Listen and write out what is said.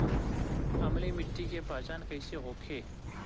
अम्लीय मिट्टी के पहचान कइसे होखे?